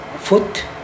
foot